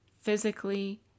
physically